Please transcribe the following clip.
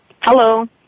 Hello